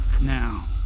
Now